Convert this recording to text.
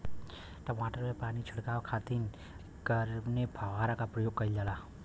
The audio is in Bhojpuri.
टमाटर में पानी के छिड़काव खातिर कवने फव्वारा का प्रयोग कईल जाला?